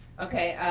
okay.